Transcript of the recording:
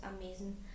amazing